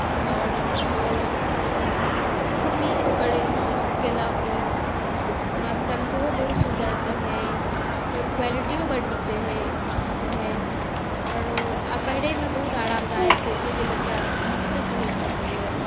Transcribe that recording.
आओर ओ मतलब खूब नीक ओकर यूज कयलक ओ रङ्ग तङ्ग सेहो बहुत सुन्दर रहै ओकर क्वालिटीयो बड्ड नीक रहै रहै आओर आ पहिरयमे बहुत आरामदायक होइत छै जे बच्चा नीकसँ पहिर सकैए